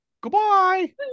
goodbye